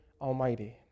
Almighty